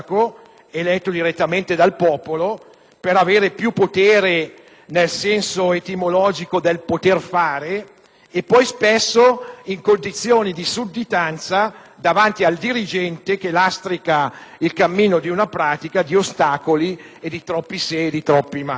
eletto direttamente dal popolo per avere più potere (nel senso etimologico del "poter fare"), ma poi spesso si trova in condizioni di sudditanza davanti al dirigente che lastrica il cammino di una pratica di ostacoli e di troppi "se" e "ma".